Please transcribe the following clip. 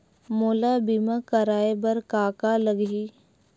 मोला बीमा कराये बर का का लगही?